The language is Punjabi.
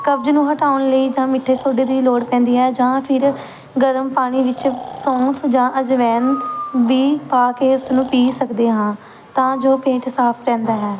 ਕਬਜ਼ ਨੂੰ ਹਟਾਉਣ ਲਈ ਜਾਂ ਮਿੱਠੇ ਸੋਡੇ ਦੀ ਲੋੜ ਪੈਂਦੀ ਹੈ ਜਾਂ ਫਿਰ ਗਰਮ ਪਾਣੀ ਵਿੱਚ ਸੌਂਫ ਜਾਂ ਅਜਵਾਇਣ ਵੀ ਪਾ ਕੇ ਇਸ ਨੂੰ ਪੀ ਸਕਦੇ ਹਾਂ ਤਾਂ ਜੋ ਪੇਟ ਸਾਫ਼ ਰਹਿੰਦਾ ਹੈ